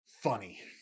funny